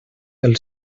del